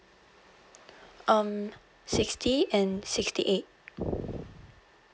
um sixty and sixty eight